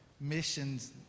missions